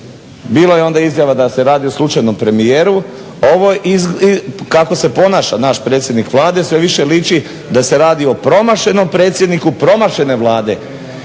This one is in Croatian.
bilo je onda izjava da se radi o slučajnom premijeru. A ovo je, kako se ponaša naš predsjednik Vlade sve više liči da se radi o promašenom predsjedniku promašene Vlade.